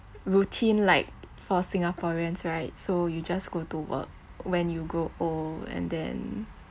routine like for singaporeans right so you just go to work when you grow old and then